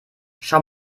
schau